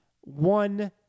One